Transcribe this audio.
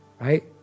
right